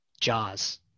Jaws